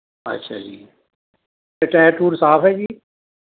ਅੱਛਾ ਜੀ ਅਤੇ ਟਾਇਰ ਟੂਰ ਸਾਫ਼ ਹੈ ਜੀ